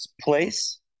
place